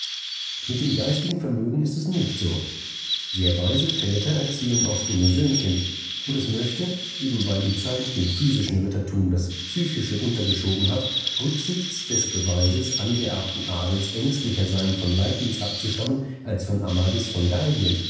mit dem geistigen vermögen ist es nicht so sehr weise väter erzielen oft dumme söhnchen und es möchte eben weil die zeit dem physischen rittertum das psychische untergeschoben hat rücksichts des beweises angeerbten adels ängstlicher sein von leibniz abzustammen als von amadis von gallien